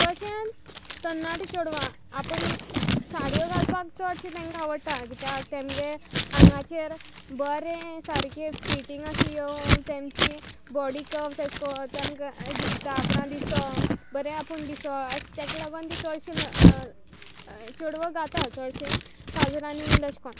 तशेंच तरणाटीं चेडवां आपुण साडयो घालपाक चडशें तेंकां आवडटा कित्याक तेमगे आंगाचेर बरें सारकें फिटींग अशी येवून तेंची बॉडी कर्वस अेश कोन्न ते आपणा दिसों बरें आपूण दिसोंक तेक लागून तीं चडशीं चेडवां घाता चोडशें काजरांनी बीन तेश कोन्न